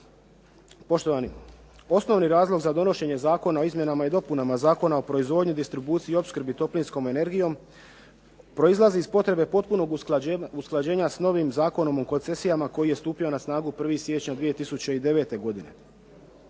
uvjetima. Osnovni razlog za donošenje Zakona o izmjenama i dopunama Zakona o proizvodnji, distribuciji i opskrbi toplinskom energijom proizlazi iz potrebe potpunog usklađenja s novim Zakonom o koncesijama koji je stupio na snagu 1. siječnja 2009. godine.